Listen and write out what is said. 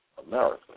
America